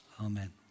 Amen